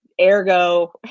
Ergo